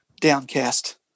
downcast